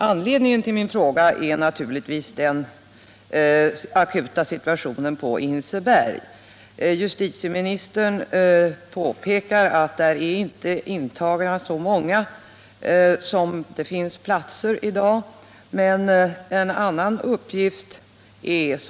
Anledningen till min fråga är naturligtvis den akuta situationen på Hinseberg. Justitieministern påpekar att det där inte finns intagna så många som det finns platser i dag.